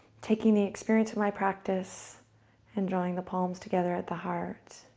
taking the experience of my practice and drawing the palms together at the heart.